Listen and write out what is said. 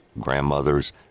grandmothers